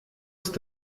ist